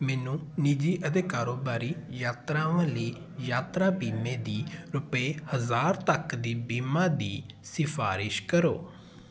ਮੈਨੂੰ ਨਿਜੀ ਅਤੇ ਕਾਰੋਬਾਰੀ ਯਾਤਰਾਵਾਂ ਲਈ ਯਾਤਰਾ ਬੀਮੇ ਦੀ ਰੁਪਏ ਹਜ਼ਾਰ ਤੱਕ ਦੀ ਬੀਮਾ ਦੀ ਸਿਫ਼ਾਰਸ਼ ਕਰੋ